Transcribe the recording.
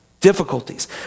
Difficulties